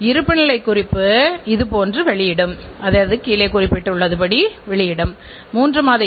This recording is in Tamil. பொருளை உற்பத்தி செய்கின்ற பொழுது நிறுவனத்திற்குள் ஏற்படுகின்ற குறைபாடுகளை நாம் உள் குறைபாடுகள் எனக்கூறலாம்